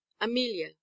Amelia